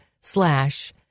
slash